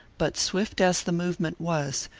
but swift as the movement was,